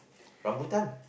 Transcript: rambutan